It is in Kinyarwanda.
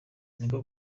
niko